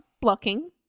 blocking